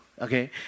okay